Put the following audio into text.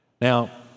Now